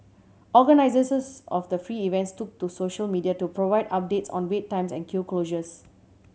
organisers of the free events took to social media to provide updates on wait times and queue closures